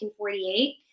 1948